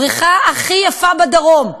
הבריכה הכי יפה בדרום.